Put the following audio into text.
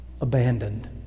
abandoned